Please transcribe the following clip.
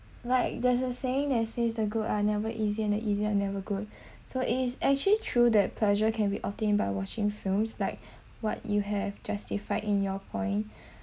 like there's a saying that says the good are never easy and the easy are never good so is actually through that pleasure can be obtained by watching films like what you have justified in your point